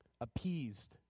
appeased